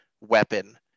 weapon